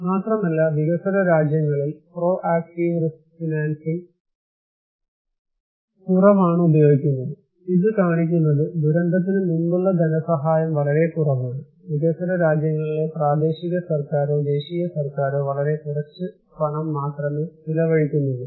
മാത്രമല്ല വികസ്വര രാജ്യങ്ങളിൽ പ്രോ ആക്ടീവ റിസ്ക് ഫിനാൻസിംഗ് കുറവാണ് ഉപയോഗിക്കുന്നത് ഇത് കാണിക്കുന്നത് ദുരന്തത്തിനു മുമ്പുള്ള ധനസഹായം വളരെ കുറവാണ് വികസ്വര രാജ്യങ്ങളിലെ പ്രാദേശിക സർക്കാരോ ദേശീയ സർക്കാരോ വളരെ കുറച്ച് പണം മാത്രമേ ചെലവഴിക്കുന്നുള്ളൂ